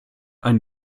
ein